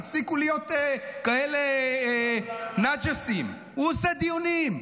תפסיקו להיות כאלה נג'סים, הוא עושה דיונים.